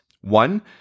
One